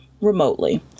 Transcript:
remotely